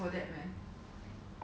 for you to like send it back or something